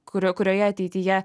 kurio kurioje ateityje